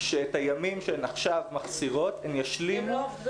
שאת הימים שהן עכשיו מחסירות הן ישלימו